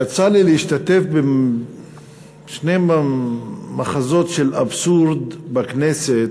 יצא לי להשתתף בשני מחזות של אבסורד בכנסת,